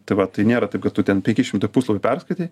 tai va tai nėra taip kad tu ten penki šimtai puslapių perskaitai